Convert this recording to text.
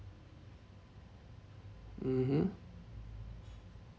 mmhmm